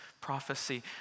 prophecy